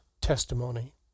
testimony